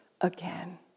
again